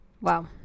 wow